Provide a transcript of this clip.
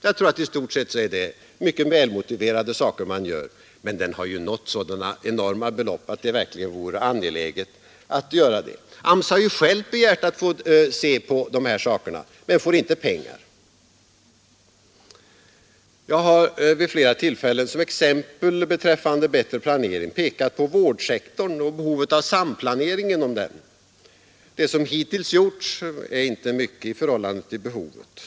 Jag tror att det i stort sett är mycket väl motiverade saker AMS gör, men verksamheten har ju nått så enorma belopp att det verkligen vore angeläget att granska utfallet. AMS har själv begärt att få se på detta men får inte pengar. Jag har vid flera tillfällen som exempel på bättre planering pekat på vårdsektorn och behovet av samplanering inom denna. Det som hittills gjorts är inte mycket i förhållande till behovet.